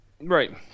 Right